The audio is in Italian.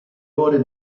ore